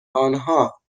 آنها